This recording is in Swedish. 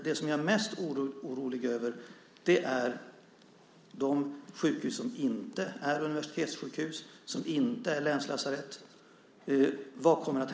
Det som jag är mest orolig över är vad som kommer att hända med de sjukhus som inte är universitetssjukhus och som inte är länslasarett.